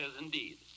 indeed